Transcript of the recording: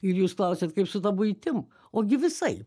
ir jūs klausiat kaip su ta buitim o gi visaip